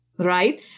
right